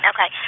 Okay